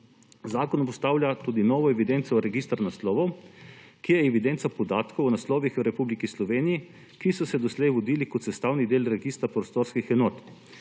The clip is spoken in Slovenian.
Zakon postavlja tudi novo evidenco – register naslovov, kjer je evidenca podatkov o naslovih v Republiki Sloveniji, ki so se doslej vodili kot sestavni del registra prostorskih enot.